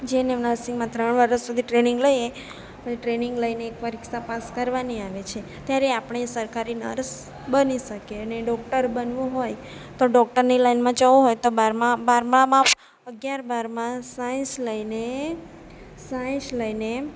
જેનેમ નર્સિંગમાં ત્રણ વરસ સુધી ટ્રેનિંગ લઈએ એ ટ્રેનિંગ લઈને પરીક્ષા પાસ કરવાની આવે છે ત્યારે આપની સરકારી નર્સ બની શકીએ અને ડૉક્ટર બનવું હોય તો ડૉક્ટરની લાઈનમાં જવું હોય તો બારમામાં અગિયાર બારમાં સાયન્સ લઈને સાયન્સ લઈને